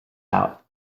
out